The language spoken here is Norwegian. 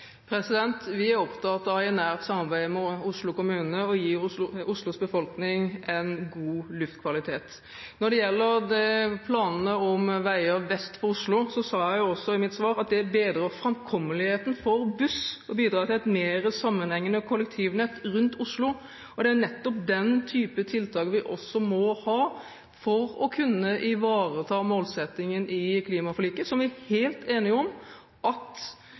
Vi er opptatt av, i nært samarbeid med Oslo kommune, å gi Oslos befolkning en god luftkvalitet. Når det gjelder planene om veier vest for Oslo, sa jeg i mitt svar at det bedrer framkommeligheten for buss og bidrar til et mer sammenhengende kollektivnett rundt Oslo. Det er nettopp den type tiltak vi også må ha for å kunne ivareta målsettingen i klimaforliket, som vi er helt enige om: Trafikkveksten skal tas gjennom gange, sykkel eller kollektivtrafikk. Da må vi også ha veier som gjør at